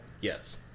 Yes